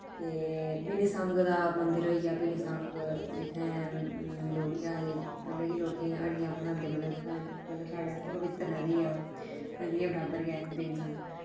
ते भीनिसंग दा मंदर होइ भीनिसंग जित्थै लोक केह् आखदे मतलब कि लोकें ई हड्डियां परवांह्दे मतलब इत्थुआं दे मतलब साढ़े आस्तै पवित्र् नदी ऐ ओह् नदिये बरोबर गै भीनिसंग